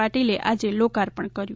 પાટીલે આજે લોકર્પણ કર્યું